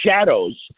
shadows